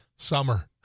Summer